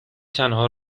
تنها